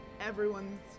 everyone's